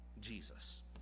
Jesus